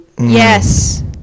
Yes